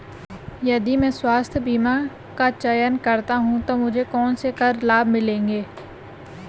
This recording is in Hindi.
यदि मैं स्वास्थ्य बीमा का चयन करता हूँ तो मुझे कौन से कर लाभ मिलेंगे?